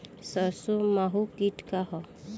सरसो माहु किट का ह?